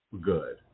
good